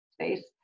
space